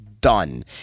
done